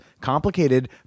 complicated